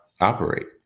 operate